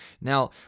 Now